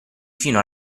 fino